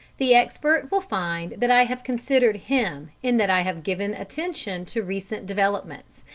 the expert will find that i have considered him in that i have given attention to recent developments,